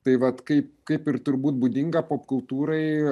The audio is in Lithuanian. tai vat kaip kaip ir turbūt būdinga popkultūrai